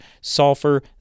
sulfur